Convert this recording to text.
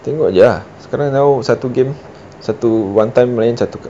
tengok jer lah sekarang tahu satu game satu one time main satu